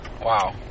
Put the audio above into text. Wow